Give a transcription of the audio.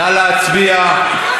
נא להצביע.